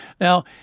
Now